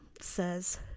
says